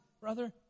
brother